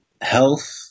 Health